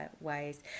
ways